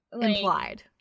implied